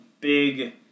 big